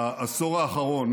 בעשור האחרון